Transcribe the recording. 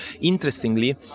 Interestingly